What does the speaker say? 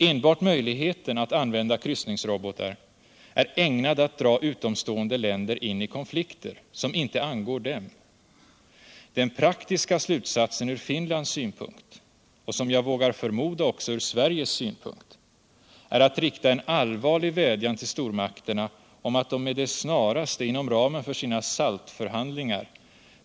Enbart möjligheten att använda kryssningsrobotar är ägnad aut dra utomstående länder in i konflikter, som inte angår dem. Den praktiska slutsatsen ur Finlands synpunkt —- och som jag vågar förmoda ock så ur Sveriges synpunkt —- är attrikta en allvarlig vädjan till stormakterna om att de med det snaraste, inom ramen för sina SALT-förhandlingar.